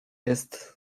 jest